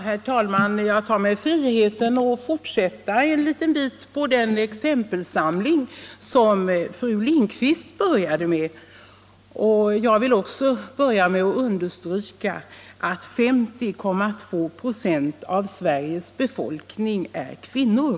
Herr talman! Jag tar mig friheten att fortsätta litet på den exempelsamling som fru Lindquist började med, och jag vill då understryka att 50,2 9&6 av Sveriges befolkning är kvinnor.